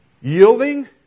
Yielding